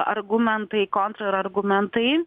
argumentai kontrargumentai